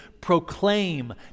proclaim